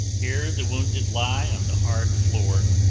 here the wounded lie on the hard floor,